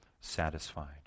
satisfied